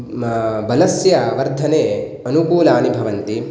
बलस्य वर्धने अनुकूलानि भवन्ति